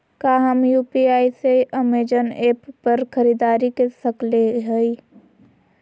का हम यू.पी.आई से अमेजन ऐप पर खरीदारी के सकली हई?